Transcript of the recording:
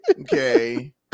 okay